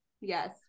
Yes